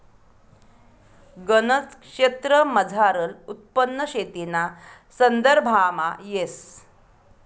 गनज क्षेत्रमझारलं उत्पन्न शेतीना संदर्भामा येस